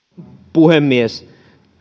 puhemies